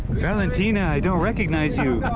valentina i don't recognize you